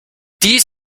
dies